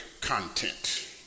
content